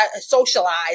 socialize